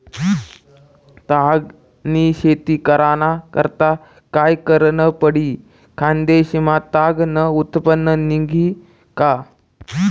ताग नी शेती कराना करता काय करनं पडी? खान्देश मा ताग नं उत्पन्न निंघी का